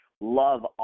love